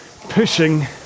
pushing